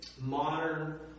modern